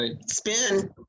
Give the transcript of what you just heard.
Spin